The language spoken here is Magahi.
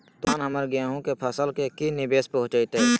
तूफान हमर गेंहू के फसल के की निवेस पहुचैताय?